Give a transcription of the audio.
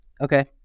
okay